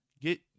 get